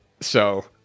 So-